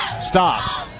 Stops